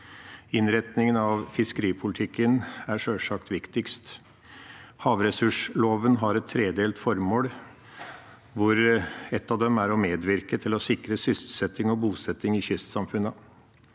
Innretningen av fiskeripolitikken er sjølsagt viktigst. Havressursloven har et tredelt formål, hvor ett av dem er å medvirke til å sikre sysselsetting og bosetting i kystsamfunnene.